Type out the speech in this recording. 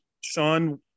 Sean